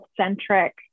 centric